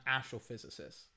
astrophysicist